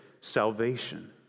salvation